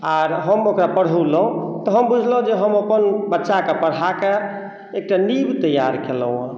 आर हम ओकरा पढौलहुॅं तऽ हम बुझलहुॅं जे हम अपन बच्चाके पढ़ाके एकटा नीव तैयार केलहुॅं यऽ